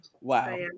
wow